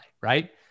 right